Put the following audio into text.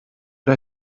der